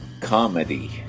Comedy